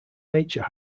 nature